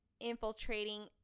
infiltrating